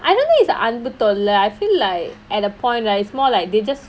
I don't think is அன்பு தொல்ல:anbu tholla I feel like at a point right it's more like they just